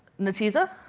ntesa.